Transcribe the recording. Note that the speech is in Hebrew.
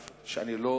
אני רוצה לומר מכאן,